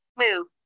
Move